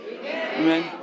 Amen